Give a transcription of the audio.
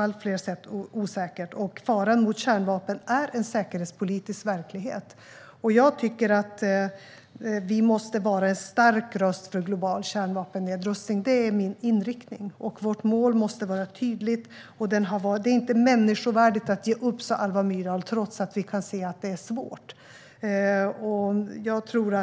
allt fler sätt osäker. Faran från kärnvapen är en säkerhetspolitisk verklighet. Vi måste vara en stark röst för global kärnvapennedrustning. Det är min inriktning. Vårt mål måste vara tydligt. Det är inte människovärdig att ge upp, sa Alva Myrdal, trots att vi kan se att det är svårt.